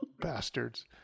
bastards